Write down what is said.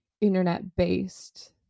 Internet-based